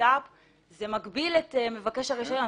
מגביל את מבקש הרישיון,